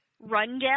Rundown